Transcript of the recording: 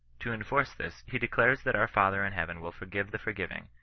to enforce this he declares that our father in heaven will forgive the forgiving,